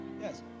Yes